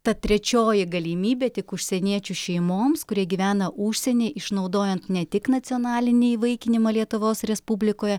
ta trečioji galimybė tik užsieniečių šeimoms kurie gyvena užsieny išnaudojant ne tik nacionalinį įvaikinimą lietuvos respublikoje